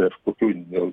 prieš kokių gal